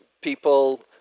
people